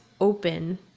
open